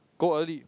go early